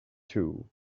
too